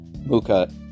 Muka